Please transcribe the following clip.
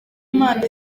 imana